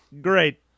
Great